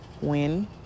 win